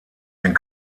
den